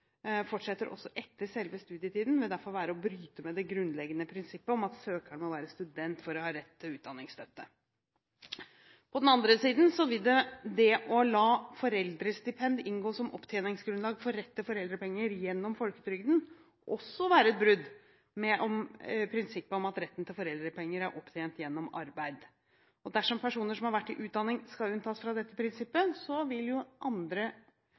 fortsetter også etter selve studietiden, vil derfor bryte med det grunnleggende prinsippet om at søkeren må være student for å ha rett til utdanningsstøtte. På den annen side vil det å la foreldrestipend inngå som opptjeningsgrunnlag for rett til foreldrepenger gjennom folketrygden også være et brudd med prinsippet om at retten til foreldrepenger er opptjent gjennom arbeid. Dersom personer som har vært i utdanning, skal unntas fra dette prinsippet, vil andre